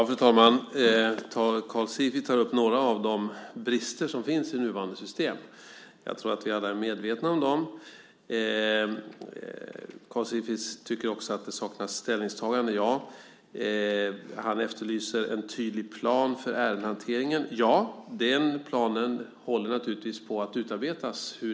Fru talman! Karl Sigfrid tar upp några av de brister som finns i nuvarande system. Jag tror att vi alla är medvetna om dem. Karl Sigfrid tycker också att det saknas ställningstaganden. Ja. Han efterlyser en tydlig plan för ärendehanteringen. Ja. Den planen håller på att utarbetas.